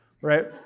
right